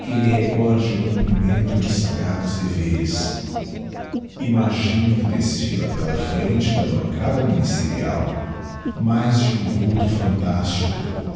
que lhe recorde o cumprimento de sagrados deveres imagino que desfila pela frente da bancada ministerial mais de um vulto phantastico